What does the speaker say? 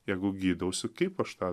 jeigu gydausi kaip aš tą